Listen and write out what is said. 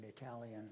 Italian